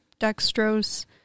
dextrose